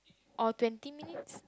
or twenty minutes